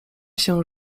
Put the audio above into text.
się